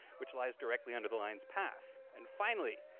which lies directly under the line's path. and finally,